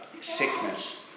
sickness